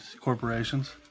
corporations